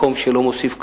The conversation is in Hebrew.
מקום שלא מוסיף כבוד,